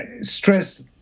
stress